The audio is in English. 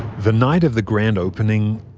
the night of the grand opening,